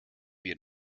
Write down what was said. wir